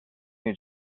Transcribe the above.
new